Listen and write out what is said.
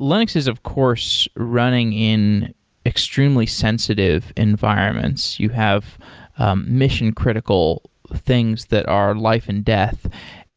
linux is of course running in extremely sensitive environments. you have mission-critical things that are life and death